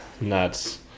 nuts